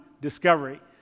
discovery